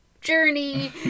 journey